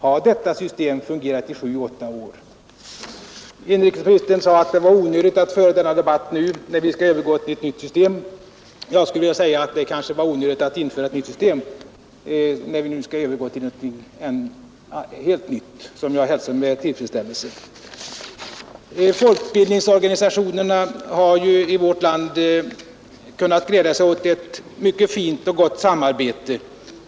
Har detta system fungerat i sju åtta år? Inrikesministern sade att det var onödigt att föra denna debatt nu när vi skall övergå till ett nytt system. Jag skulle vilja säga att det kanske var onödigt att i maj 1971 införa ett annat system när vi nu skall övergå till något helt nytt, som jag hälsar med tillfredsställelse. Folkbildningsorganisationerna i vårt land har ju kunnat glädja sig åt ett mycket fint och gott samarbete.